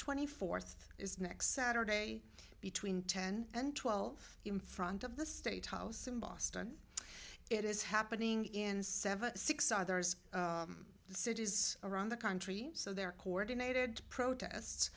twenty fourth is next saturday between ten and twelve in front of the state house in boston it is happening in seventy six others cities around the country so there are coordinated protests